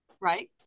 right